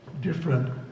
different